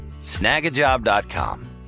Snagajob.com